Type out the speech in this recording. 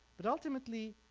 but ultimately